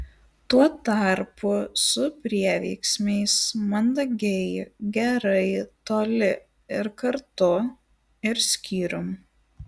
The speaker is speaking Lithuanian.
tuo tarpu su prieveiksmiais mandagiai gerai toli ir kartu ir skyrium